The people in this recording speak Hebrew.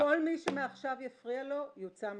כל מי שמעכשיו יפריע לו יוצא מהחדר.